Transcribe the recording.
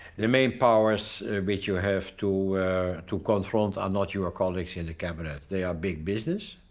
the main powers which you have to to confront are not your colleagues in the cabinet. they are big business,